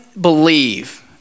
believe